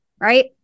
Right